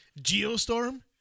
Geostorm